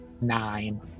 nine